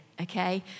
okay